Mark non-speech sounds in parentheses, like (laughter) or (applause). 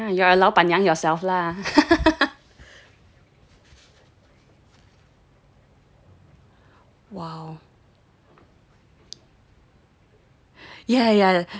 !huh! you are 老板娘 yourself lah (laughs)